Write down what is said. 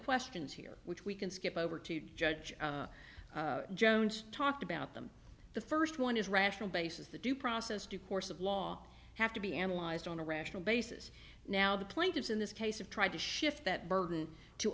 questions here which we can skip over to judge jones talked about them the first one is rational basis the due process due course of law have to be analyzed on a rational basis now the plaintiffs in this case of tried to shift that burden to